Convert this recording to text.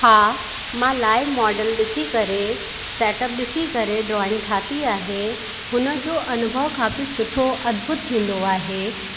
हा मां live model ॾिसी करे सेटअप ॾिसी करे ड्रॉइंग ठाती आहे हुनजो अनुभव काफ़ी सुठो अद्भुतु थींदो आहे